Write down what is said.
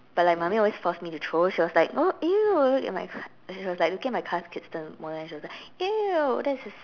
but like mummy always force me to throw she was like oh !eww! look at my she was like looking at my Cath Kidston wallet and she was like !eww! that's dis~